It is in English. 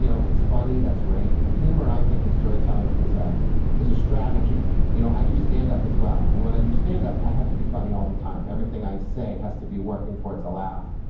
you know if it's funny, that's great, and humor, i think, in storytelling is a is a strategy you know i do standup as well, and when i do standup, i have to be funny all the time. everything i say has to be working towards a laugh.